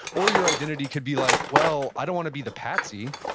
or your identity could be like, well, i don't want to be the patsy.